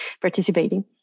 participating